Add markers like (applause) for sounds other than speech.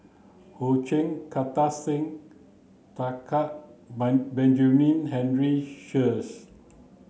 Ho Ching Kartar Singh Thakral (unintelligible) Benjamin Henry Sheares